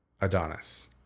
Adonis